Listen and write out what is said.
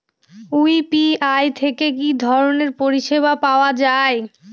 UPI থেকে কি ধরণের পরিষেবা পাওয়া য়ায়?